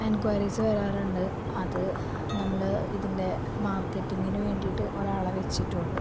enquiries വരാറുണ്ട് അത് നമ്മൾ ഇതിൻ്റെ മാർക്കറ്റിങ്ങിന് വേണ്ടിയിട്ട് ഒരാളെ വെച്ചിട്ടുണ്ട്